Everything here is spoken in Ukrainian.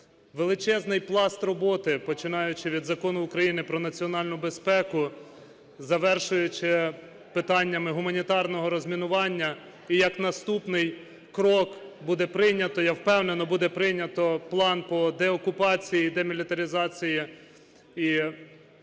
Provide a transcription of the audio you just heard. Величезний пласт роботи, починаючи від Закону України "Про національну безпеку", завершуючи питаннями гуманітарного розмінування, і як наступний крок буде прийнято, я впевнений, буде прийнято план по деокупації, демілітаризації і